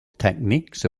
techniques